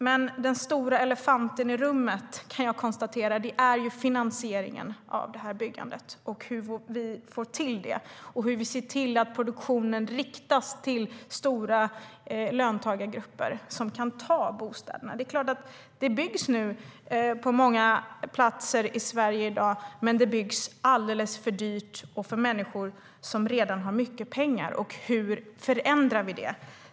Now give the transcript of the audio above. Men den stora elefanten i rummet är finansieringen av byggandet, hur vi får till det och hur vi ser till att produktionen riktas till stora löntagargrupper som kan ta bostäderna. Det är klart att det byggs på många platser i Sverige i dag, men det byggs alldeles för dyrt och för människor som redan har mycket pengar. Hur förändrar vi det?